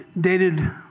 dated